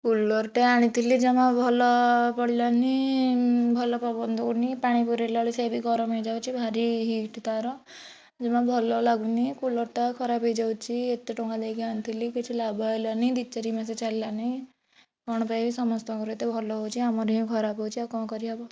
କୁଲରଟିଏ ଆଣିଥିଲି ଜମା ଭଲ ପଡ଼ିଲାନି ଭଲ ପବନ ଦଉନି ପାଣି ପୁରେଇଲା ବେଳକୁ ସେ ବି ଗରମ ହେଇଯାଉଛି ଭାରି ହିଟ ତା'ର ଜମା ଭଲ ଲାଗୁନି କୁଲରଟା ଖରାପ ହେଇଯାଉଛି ଏତେ ଟଙ୍କା ଦେଇ ଆଣିଥିଲି କିଛି ଲାଭ ହେଲାନି ଦୁଇ ଚାରି ମାସ ଚାଲିଲାନି କ'ଣ ପାଇଁ ସମସ୍ତଙ୍କର ଏତେ ଭଲ ହଉଛି ଆମର ହଁ ଖରାପ ହଉଛି ଆଉ କ'ଣ କରିହବ